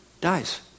dies